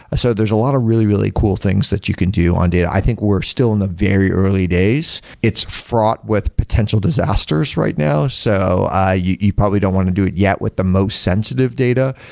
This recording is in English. so there's a lot of really, really cool things that you can do on data. i think we're still in the very early days. it's fraught with potential disasters right now. so you you probably don't want to do it yet with the most sensitive data.